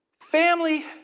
family